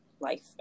life